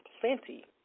plenty